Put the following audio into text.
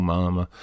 Mama